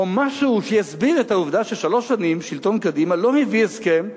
או משהו שיסביר את העובדה ששלוש שנים של שלטון קדימה לא הביא הסכם.